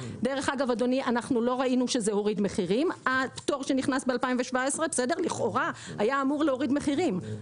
דרך אגב אדוני אנחנו לא ראינו שהפטור שנכנס בשנת 2017 הוריד מחירים,